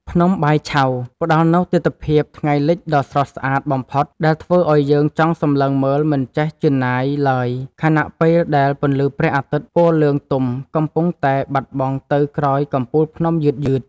ភ្នំបាយឆៅ ផ្តល់នូវទិដ្ឋភាពថ្ងៃលិចដ៏ស្រស់ស្អាតបំផុតដែលធ្វើឱ្យយើងចង់សម្លឹងមើលមិនចេះជឿនណាយឡើយ ខណៈពេលដែលពន្លឺព្រះអាទិត្យពណ៌លឿងទុំកំពុងតែបាត់បង់ទៅក្រោយកំពូលភ្នំយឺតៗ។